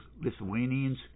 Lithuanians